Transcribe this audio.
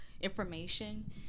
information